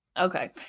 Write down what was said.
Okay